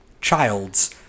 child's